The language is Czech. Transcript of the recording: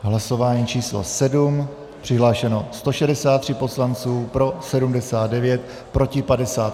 Hlasování číslo 7. Přihlášeno 163 poslanců, pro 79, proti 58.